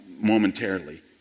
momentarily